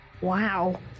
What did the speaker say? Wow